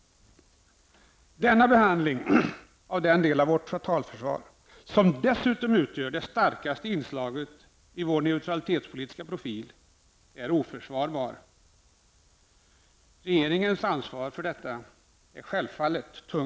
Denna behandling av den del av vårt totalförsvar som dessutom utgör det starkaste inslaget i vår neutralitetspolitiska profil är oförsvarbar. Regeringens ansvar för detta är självfallet tungt.